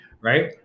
right